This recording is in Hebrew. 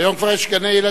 היום כבר יש גם בגני-ילדים.